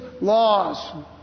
laws